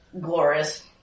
Glorious